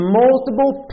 multiple